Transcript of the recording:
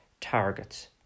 targets